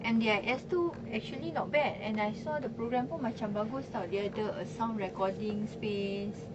M_D_I_S tu actually not bad and I saw the programme pun macam bagus [tau] dia ada sound recording space